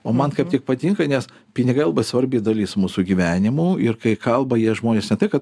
o man kaip tik patinka nes pinigai labai svarbi dalis mūsų gyvenimų ir kai kalba jie žmonės ne tai kad